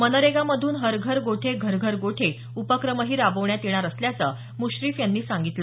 मनरेगामधून हरघर गोठे घरघर गोठे उपक्रमही राबवण्यात येणार असल्याचं म्श्रीफ यांनी सांगितलं